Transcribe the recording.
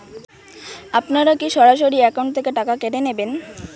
আপনারা কী সরাসরি একাউন্ট থেকে টাকা কেটে নেবেন?